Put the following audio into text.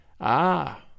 Ah